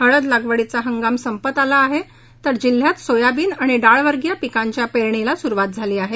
हळद लागवडीचा हंगाम संपत आला आहे तर जिल्ह्यात सोयाबीन आणि डाळवर्गीय पिकांच्या पेरणीला सुरुवात झाली आहे